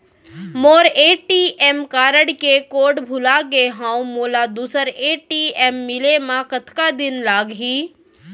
मोर ATM card के code भुला गे हव, मोला दूसर ए.टी.एम मिले म कतका दिन लागही?